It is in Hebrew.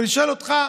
ואני שואל אותך,